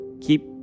keep